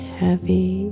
heavy